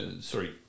Sorry